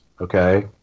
okay